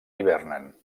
hivernen